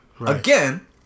Again